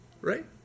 right